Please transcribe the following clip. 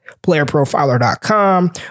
Playerprofiler.com